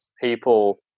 people